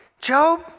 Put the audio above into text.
Job